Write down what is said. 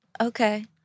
Okay